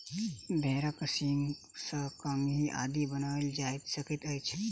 भेंड़क सींगसँ कंघी आदि बनाओल जा सकैत अछि